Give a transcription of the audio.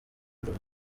buri